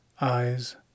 eyes